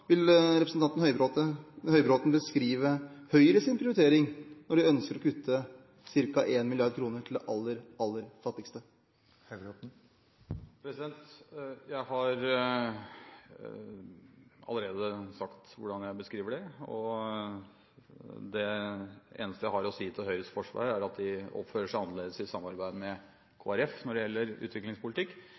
vil representanten Høybråten beskrive Høyres prioritering, når de ønsker å kutte ca. 1 mrd. kr til de aller fattigste? Jeg har allerede sagt hvordan jeg beskriver det. Det eneste jeg har å si til Høyres forsvar, er at de oppfører seg annerledes i samarbeid med Kristelig Folkeparti når det gjelder utviklingspolitikk,